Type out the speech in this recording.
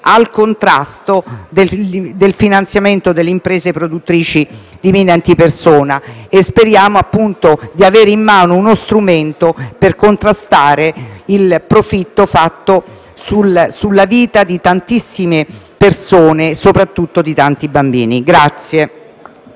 al contrasto del finanziamento delle imprese di mine antipersona e speriamo di avere in mano uno strumento per contrastare il profitto fatto sulla vita di tantissime persone, soprattutto di tanti bambini.